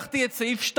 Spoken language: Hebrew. (קוראת בשמות חברי הכנסת)